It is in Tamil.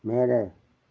மேலே